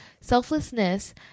selflessness